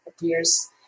appears